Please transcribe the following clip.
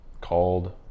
called